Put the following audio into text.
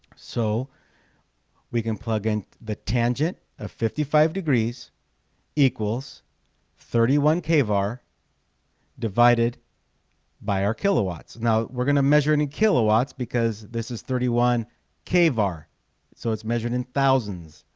so we can plug in the tangent of fifty five degrees equals thirty one kvar divided by our kilowatts now, we're gonna measure any kilowatts because this is thirty one kvar, so it's measured in thousands.